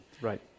right